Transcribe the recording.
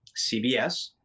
CBS